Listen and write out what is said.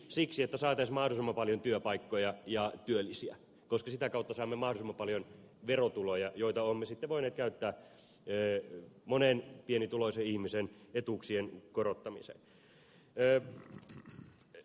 siksi että saataisiin mahdollisimman paljon työpaikkoja ja työllisiä koska sitä kautta saamme mahdollisimman paljon verotuloja joita olemme sitten voineet käyttää monen pienituloisen ihmisen etuuksien korottamiseen